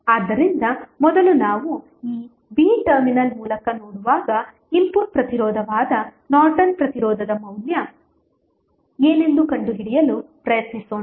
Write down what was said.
ಆದ್ದರಿಂದ ಮೊದಲು ನಾವು ಈ b ಟರ್ಮಿನಲ್ ಮೂಲಕ ನೋಡುವಾಗ ಇನ್ಪುಟ್ ಪ್ರತಿರೋಧವಾದ ನಾರ್ಟನ್ ಪ್ರತಿರೋಧದ ಮೌಲ್ಯ ಏನೆಂದು ಕಂಡುಹಿಡಿಯಲು ಪ್ರಯತ್ನಿಸೋಣ